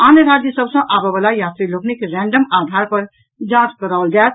आन राज्य सभ सॅ आबऽबला यात्री लोकनिक रैंडम आधार पर जांच कराओल जायत